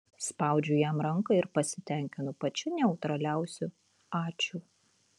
spaudžiu jam ranką ir pasitenkinu pačiu neutraliausiu ačiū